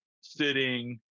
sitting